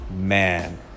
man